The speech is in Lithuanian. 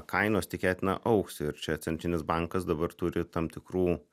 kainos tikėtina augs ir čia centrinis bankas dabar turi tam tikrų